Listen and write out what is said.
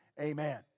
amen